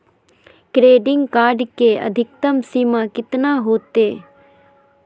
Credit card के अधिकतम सीमा कितना होते?